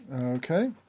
Okay